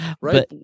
Right